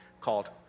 called